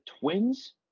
Twins